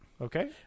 Okay